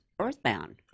earthbound